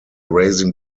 raising